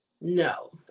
No